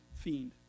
fiend